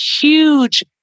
huge